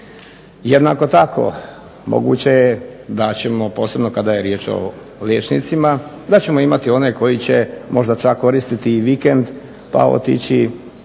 Jednako tako moguće je da ćemo posebno kada je riječ o liječnicima, da ćemo imati one koji će možda čak koristiti i vikend, pa otići